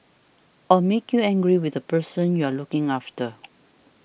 or make you angry with the person you're looking after